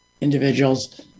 individuals